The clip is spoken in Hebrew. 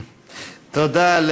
תודה.